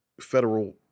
federal